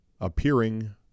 appearing